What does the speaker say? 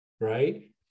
right